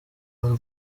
b’u